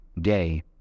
day